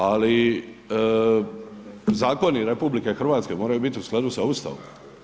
Ali, zakoni RH moraju biti u skladu sa Ustavom.